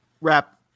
wrap